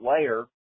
layer